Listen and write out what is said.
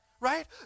right